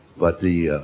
but the,